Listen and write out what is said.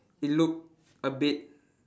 it looked a bit